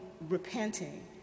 repenting